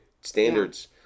standards